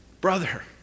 brother